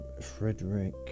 Frederick